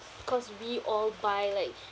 cause we all buy like